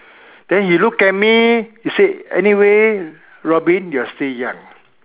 then he look at me he said anyway Robin you're still young